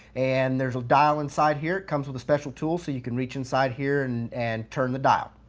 and there's a dial inside here comes with a special tool, so you can reach inside here and and turn the dial.